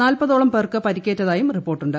നാൽപ്പതോളം പേർക്ക് പരിക്കേറ്റതായും റിപ്പോർട്ടുണ്ട്